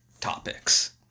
topics